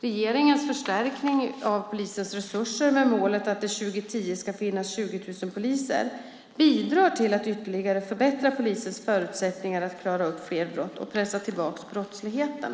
Regeringens förstärkning av polisens resurser, med målet att det 2010 ska finnas 20 000 poliser, bidrar till att ytterligare förbättra polisens förutsättningar att klara upp fler brott och pressa tillbaka brottsligheten.